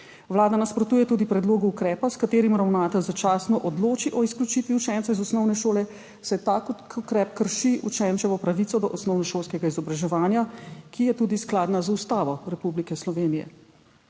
Vlada nasprotuje tudi predlogu ukrepa, s katerim ravnatelj začasno odloči o izključitvi učencev iz osnovne šole, saj ta ukrep krši učenčevo pravico do osnovnošolskega izobraževanja, ki je tudi skladna z Ustavo Republike Slovenije.